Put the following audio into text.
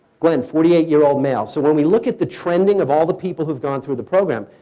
glenn, forty eight year old male. so when we look at the trending of all the people who've gone through the program,